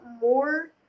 more